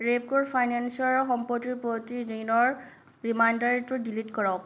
ৰেপ্ক' ফাইনেন্সৰ সম্পত্তিৰ প্ৰতি ঋণৰ ৰিমাইণ্ডাৰটো ডিলিট কৰক